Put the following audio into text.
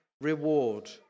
reward